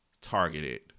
targeted